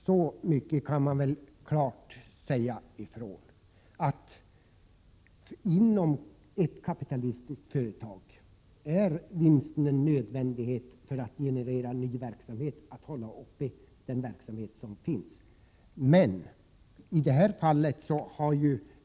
Så mycket kan man klart säga att vinsten inom ett kapitalistiskt företag är en nödvändighet för att generera ny verksamhet och hålla uppe den verksamhet som finns.